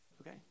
Okay